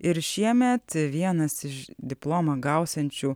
ir šiemet vienas iš diplomą gausiančių